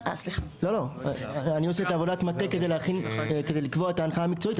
אני עושה את עבודת המטה כדי לקבוע את ההנחיה המקצועית,